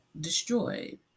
destroyed